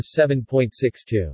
7.62